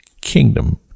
kingdom